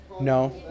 No